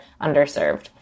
underserved